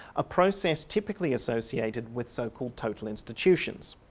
a process typically associated with so-called total institutions.